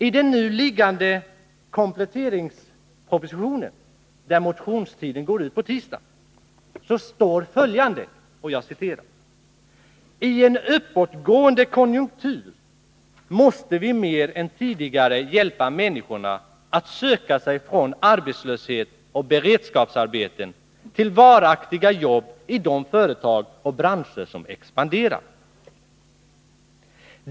I den nu föreliggande kompletteringspropositionen — motionstiden går ut på tisdag — står följande: ”I en uppåtgående konjunktur måste vi mer än tidigare hjälpa människorna att söka sig från arbetslöshet och beredskapsarbeten till varaktiga jobb i de företag och branscher som expanderar.